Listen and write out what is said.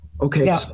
Okay